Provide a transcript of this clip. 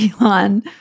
elon